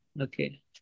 Okay